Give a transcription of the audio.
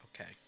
Okay